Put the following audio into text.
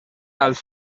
als